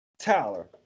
Tyler